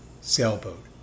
sailboat